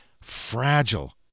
Fragile